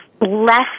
less